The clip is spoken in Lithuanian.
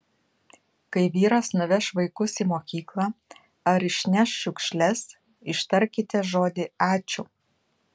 kai vyras nuveš vaikus į mokyklą ar išneš šiukšles ištarkite žodį ačiū